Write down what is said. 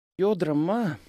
jo drama